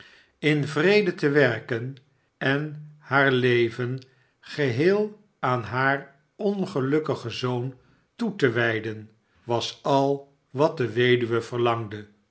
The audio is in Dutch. in vrede te werken en haar leven geheel aan haar ongelukkigen zoon toe te wijden was al wat de weduwe verlangde